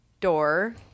door